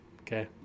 Okay